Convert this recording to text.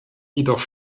jedoch